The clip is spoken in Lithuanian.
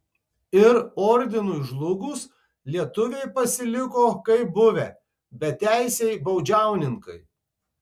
ir ordinui žlugus lietuviai pasiliko kaip buvę beteisiai baudžiauninkai